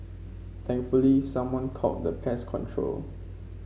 thankfully someone called the pest control